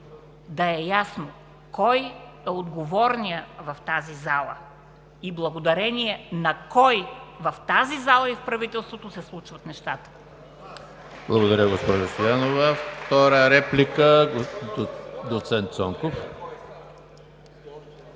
да е ясно кой е отговорният в тази зала и благодарение на кого в тази зала и в правителството се случват нещата.